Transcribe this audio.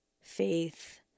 faith